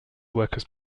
workers